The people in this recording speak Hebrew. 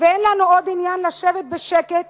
ואין לנו עוד עניין לשבת בשקט